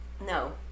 No